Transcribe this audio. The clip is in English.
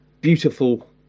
beautiful